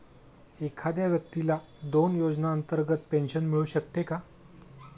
एखाद्या व्यक्तीला दोन योजनांतर्गत पेन्शन मिळू शकते का?